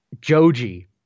joji